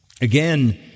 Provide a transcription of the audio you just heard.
Again